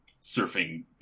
surfing